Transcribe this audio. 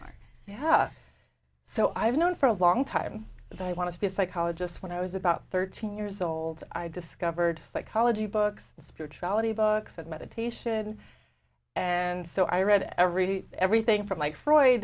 have so i've known for a long time that i want to be a psychologist when i was about thirteen years old i discovered psychology books spirituality books and meditation and so i read every day everything from like freud